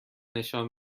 نشان